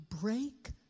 break